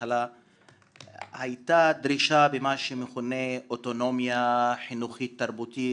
בהתחלה הייתה דרישה למה שמכונה אוטונומיה חינוכית תרבותית.